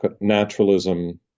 naturalism